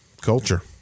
culture